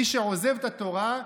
מי שעוזב את התורה,